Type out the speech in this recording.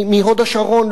מהוד-השרון,